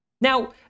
Now